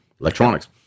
electronics